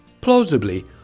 plausibly